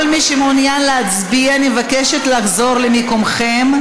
כל מי שמעוניין להצביע, אני מבקשת לחזור למקומכם.